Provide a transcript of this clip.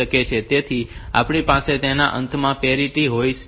તેથી આપણી પાસે તેના અંતમાં પેરીટી હોય છે